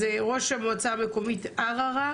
אז ראש המועצה המקומית ערערה